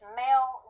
male